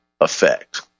effect